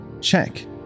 Check